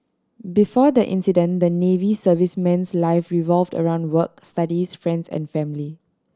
before the incident the Navy serviceman's life revolved around work studies friends and family